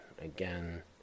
Again